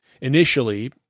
initially